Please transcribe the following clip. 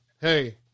Hey